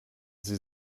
sie